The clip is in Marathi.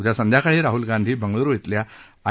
उद्या संध्याकाळी राह्ल गांधी बंगलूरु इथल्या आय